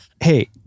hey